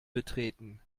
betreten